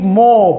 more